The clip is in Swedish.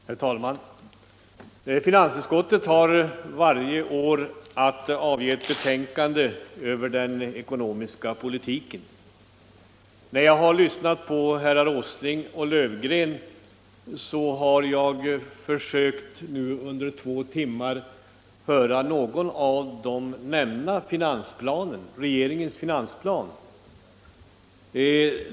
Herr talman! Finansutskottet har varje år att avge ett betänkande över finansplanen och den ekonomiska politiken. Jag har under de senaste två timmarna försökt höra om herrar Åsling och Löfgren skulle nämna regeringens finansplan.